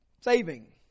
saving